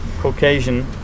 caucasian